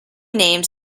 named